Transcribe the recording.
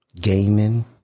gaming